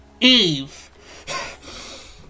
Eve